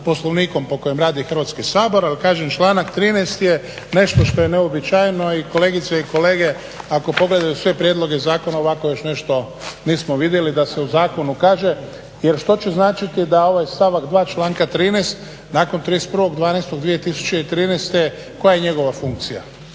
Poslovnikom po kojem radi Hrvatski sabor ali kažem članak 13. je nešto što je neuobičajeno i kolegice i kolege ako pogledate sve prijedloge zakona ovako još nešto nismo vidjeli da se u zakonu kaže. Jer što će značiti da ovaj stavak dva članka 13. nakon 31.12.213. koja je njegova funkcija?